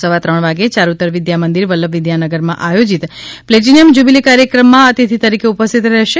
સવા ત્રણ વાગે યારૂતર વિદ્યામંદિર વલ્લભ વિદ્યાનગરમાં આયોજિત પ્લેટિનયમ જ્યુબિલી કાર્યક્રમમાં અતિથિ તરીકે ઉપસ્થિત રહેશે